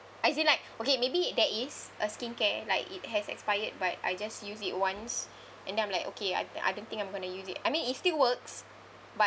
as in like okay maybe there is a skincare like it has expired but I just use it once and then I'm like okay I I don't think I'm gonna use it I mean it still works but